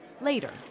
later